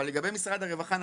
אבל לגבי משרד הרווחה,